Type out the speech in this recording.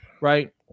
right